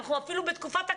אנחנו אפילו בתקופת הקורונה,